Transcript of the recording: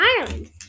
Ireland